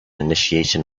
initiation